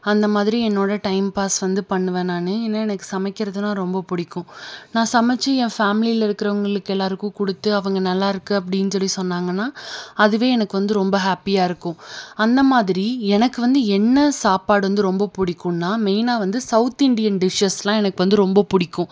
அந்தமாதிரி என்னோடய time pass வந்து பண்ணுவேன் நான் ஏன்னால் எனக்கு சமைக்கிறதுனால் ரொம்ப பிடிக்கும் நான் சமச்சு ஏன் ஃபேமிலியில் இருக்கிறவங்களுக்கு எல்லோருக்கும் கொடுத்து அவங்க நல்லாயிருக்கு அப்படின்னு சொல்லி சொன்னாங்கன்னால் அதுவே எனக்கு வந்து ரொம்ப ஹேப்பியாக இருக்கும் அந்தமாதிரி எனக்கு வந்து என்ன சாப்பாடு வந்து ரொம்ப பிடிக்கும்னா மெயினாக வந்து சவுத் இண்டியன் டிஷ்ஷஸெலாம் எனக்கு வந்து ரொம்ப பிடிக்கும்